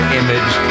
image